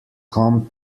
come